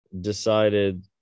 Decided